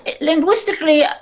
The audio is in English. linguistically